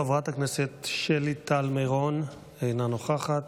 חברת הכנסת שלי טל מירון, אינה נוכחת.